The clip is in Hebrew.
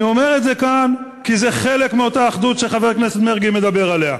אני אומר את זה כאן כי זה חלק מאותה אחדות שחבר הכנסת מרגי מדבר עליה.